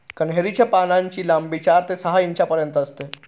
कन्हेरी च्या पानांची लांबी चार ते सहा इंचापर्यंत असते